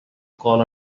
call